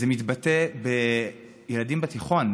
זה מתבטא בילדים בתיכון,